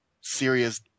serious